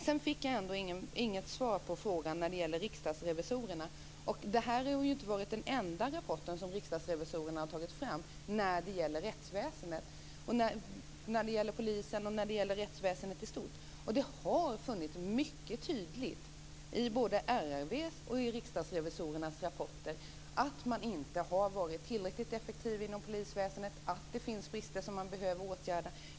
Jag fick inget svar på frågan om Riksdagens revisorers rapport. Det har inte varit den enda rapport som Riksdagens revisorer har tagit fram om rättsväsendet och polisen i stort. Det har stått mycket tydligt i både RRV:s och Riksdagens revisorers rapporter att man inte har varit tillräckligt effektiv i polisväsendet och att det finns brister som man behöver åtgärda.